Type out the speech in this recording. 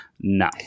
No